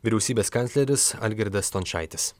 vyriausybės kancleris algirdas stončaitis